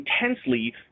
intensely